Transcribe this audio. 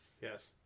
Yes